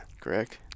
Correct